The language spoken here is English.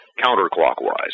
counterclockwise